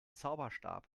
zauberstab